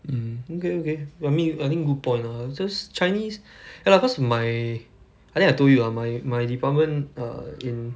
mm okay okay I mean I think good point ah it's just chinese ya lah cause my I think I told you ah my my department err in